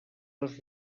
los